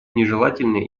нежелательное